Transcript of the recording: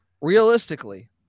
realistically